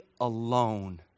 alone